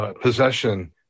Possession